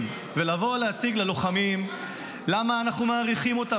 ולבוא להציג ללוחמים למה אנחנו מעריכים אותם.